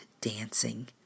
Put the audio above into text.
dancing